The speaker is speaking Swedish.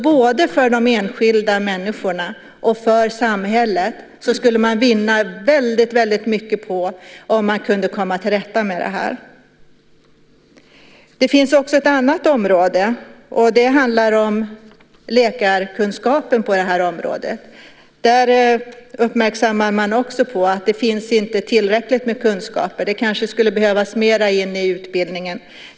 Både för de enskilda människorna och för samhället skulle man vinna väldigt mycket på om man kunde komma till rätta med detta. När det gäller läkarkunskapen på detta område uppmärksammar man att det inte finns tillräckligt med kunskaper. Det kanske skulle behöva föras in mer kunskaper om detta i utbildningen.